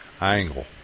angle